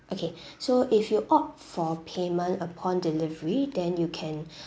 okay so if you opt for payment upon delivery then you can